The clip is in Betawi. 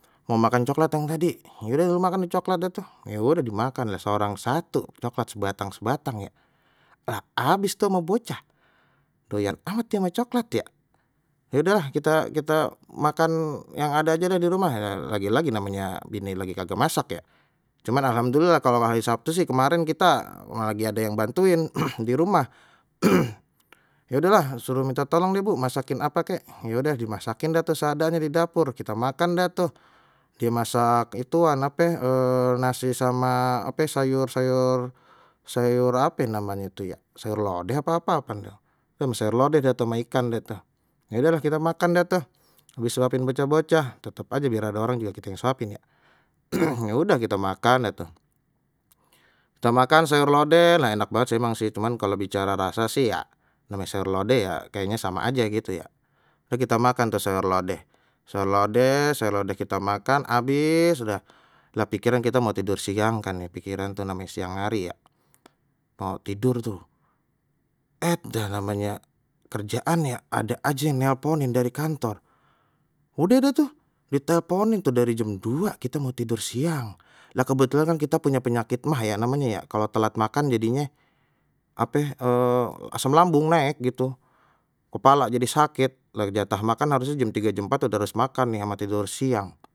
Mau makan coklat yang tadi ayo deh makan coklat dah tuh ya udeh dimakan lah seorang satu coklat sebatang sebatang nih, lha habis tuh ma bocah doyan amat ya ama coklat ya udah lah kita kita makan yang ada aja deh di rumah, ya lagi-lagi namanya ini lagi kagak masak ya cuman alhamdulillah kalau hari sabtu sih kemarin kita lagi ada yang bantuin di rumah ya udahlah suruh minta tolong deh bu masakin apa kek, ya udeh dimasakin dah tu seadanya di dapur kita makan dah tuh die masak ituan ape nasi sama ape sayur-sayur sayur ape namanye itu ya, sayur lodeh apa apaan, sayur lodeh deh tu ama ikan deh tu, ya udahlah kita makan dah tu habis suapin bocah-bocah tetep aje biar ada orang juga kita yang suapin ya ya udah kita makan dah tu kita makan sayur lodeh lha enak banget emang sih cuman kalau bicara rasa sih ya namanya sayur lodeh ya kayaknya sama aja gitu ya kita makan tu sayur lodeh, sayur lodeh, sayur lodeh kita makan habis sudah lha pikiran kita mau tidur siang kan ya pikiran dalam siang hari ya mau tidur tuh et dah namanya kerjaan ya ada aja yang nelponin dari kantor, udeh deh tu ditelponin tu dari jam dua kita mau tidur siang ada kebetulan kita punya penyakit maag ya namanya ya kalau telat makan jadinya ape asam lambung naik gitu kepala jadi sakit lha jatah makan harusnya jam tiga jam empat terus makan nih sama tidur siang.